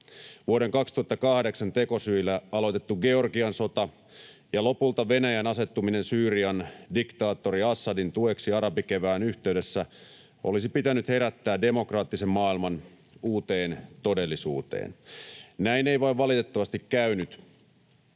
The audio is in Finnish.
Vuoden 2008 tekosyillä aloitetun Georgian sodan ja lopulta Venäjän asettumisen Syyrian diktaattorin Assadin tueksi arabikevään yhteydessä olisi pitänyt herättää demokraattinen maailma uuteen todellisuuteen. Näin ei vain valitettavasti käynyt.